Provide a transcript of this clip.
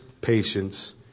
patience